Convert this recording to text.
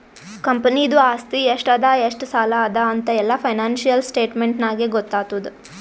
ಕಂಪನಿದು ಆಸ್ತಿ ಎಷ್ಟ ಅದಾ ಎಷ್ಟ ಸಾಲ ಅದಾ ಅಂತ್ ಎಲ್ಲಾ ಫೈನಾನ್ಸಿಯಲ್ ಸ್ಟೇಟ್ಮೆಂಟ್ ನಾಗೇ ಗೊತ್ತಾತುದ್